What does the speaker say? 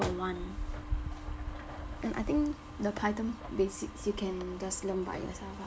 for one and I think the python basics you can just learn by yourself ah